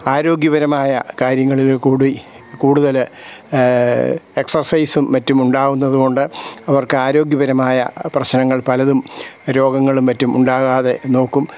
ആരോഗ്യപരമായ കാര്യങ്ങളിൽക്കൂടി കൂടുതൽ എക്സസൈസും മറ്റും ഉണ്ടാകുന്നതു കൊണ്ട് അവർക്ക് ആരോഗ്യപരമായ പ്രശ്നങ്ങൾ പലതും രോഗങ്ങളും മറ്റും ഉണ്ടാകാതെ നോക്കും